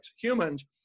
Humans